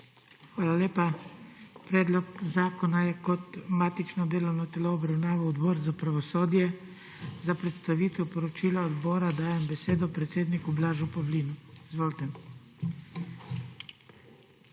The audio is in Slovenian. Hvala lepa. Predlog zakona je kot matično delovno telo obravnaval Odbor za pravosodje. Za predstavitev poročila odbora dajem besedo predsedniku Blažu Pavlinu. Izvolite.